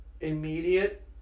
immediate